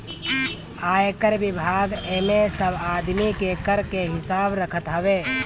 आयकर विभाग एमे सब आदमी के कर के हिसाब रखत हवे